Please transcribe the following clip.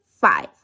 five